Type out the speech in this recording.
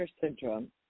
syndrome